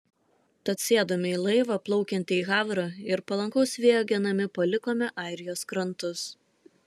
tad sėdome į laivą plaukiantį į havrą ir palankaus vėjo genami palikome airijos krantus